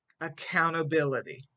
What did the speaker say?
accountability